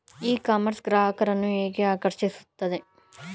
E commerce ಗ್ರಾಹಕರನ್ನು ಹೇಗೆ ಆಕರ್ಷಿಸುತ್ತದೆ?